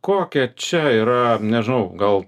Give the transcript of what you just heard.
kokia čia yra nežinau gal